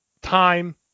time